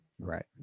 right